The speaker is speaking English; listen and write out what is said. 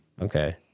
Okay